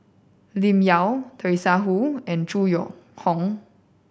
Lim Yau Teresa Hsu and Zhu Hong